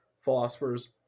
philosophers